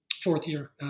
Fourth-year